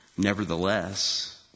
Nevertheless